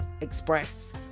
express